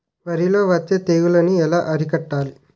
వరిలో వచ్చే తెగులని ఏలా అరికట్టాలి?